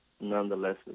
nonetheless